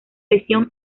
lesión